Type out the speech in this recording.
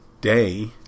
day